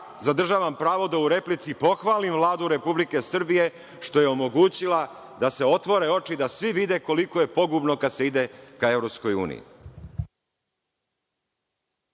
opasnost. Zadržavam pravo da u replici pohvalim Vladu Republike Srbije što je omogućila da se otvore oči i da svi vide koliko je pogubno kada se ide ka Evropskoj uniji.